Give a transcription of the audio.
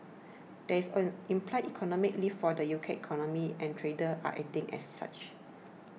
that's an implied economic lift for the U K economy and traders are acting as such